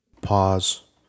Pause